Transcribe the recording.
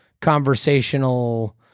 conversational